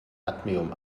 cadmium